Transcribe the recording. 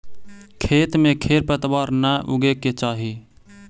खेत में खेर पतवार न उगे के चाही